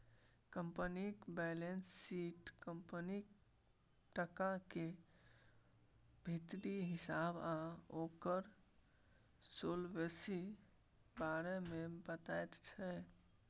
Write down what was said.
कंपनीक balance sheet कंपनीक टका केर भीतरी हिसाब आ ओकर सोलवेंसी बारे मे बताबैत छै